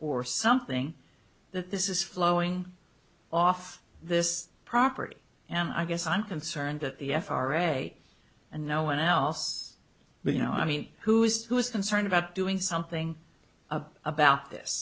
or something that this is flowing off this property and i guess i'm concerned that the f r a and no one else will you know i mean who is just who is concerned about doing something about this